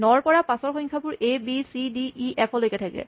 ন ৰ পাচৰ সংখ্যাবোৰ A B C D E F লৈকে থাকে